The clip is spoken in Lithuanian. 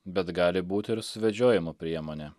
bet gali būti ir suvedžiojimo priemonė